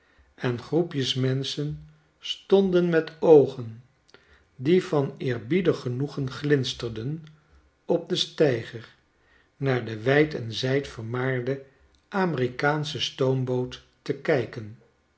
en groepjes menschen stonden met oogen die van eerbiedig genoegen glinsterden op den steiger naar de wyd en zijd vermaarde amerikaansche stoomboot te kijken